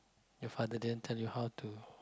your father didn't tell you how to